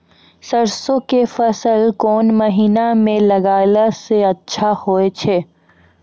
सरसों के फसल कोन महिना म लगैला सऽ अच्छा होय छै?